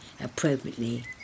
appropriately